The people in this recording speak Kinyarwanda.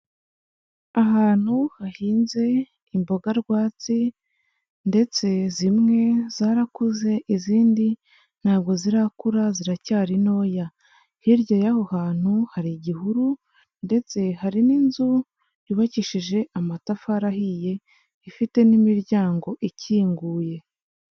Ahantu hahinze imboga rwatsi ndetse zimwe zarakuze, izindi ntabwo zirakura, ziracyari ntoya, hirya y'aho hantu hari igihuru ndetse hari n'inzu yubakishije amatafari ahiye, ifite n'imiryango ikinguye.